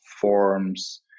forms